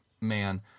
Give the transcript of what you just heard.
man